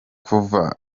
kuva